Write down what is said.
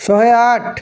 ଶହେ ଆଠ